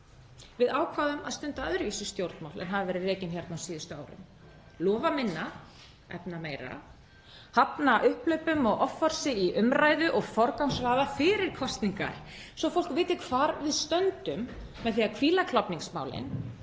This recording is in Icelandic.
Við ákváðum að stunda öðruvísi stjórnmál en hafa verið rekin hérna á síðustu árum: Lofa minna, efna meira. Hafna upphlaupum og offorsi í umræðu. Og forgangsraða, fyrir kosningar svo fólk viti hvar við stöndum, með því að hvíla klofningsmálin